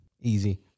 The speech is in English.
Easy